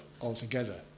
altogether